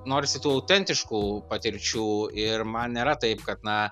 norisi tų autentiškų patirčių ir man nėra taip kad na